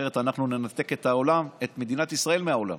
אחרת אנחנו ננתק את מדינת ישראל מהעולם.